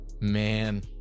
Man